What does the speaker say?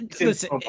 listen